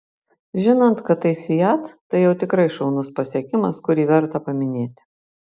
žinant kad tai fiat tai jau tikrai šaunus pasiekimas kurį verta paminėti